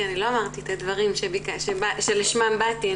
כי אני לא אמרתי את הדברים שלשמם באתי.